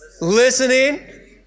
listening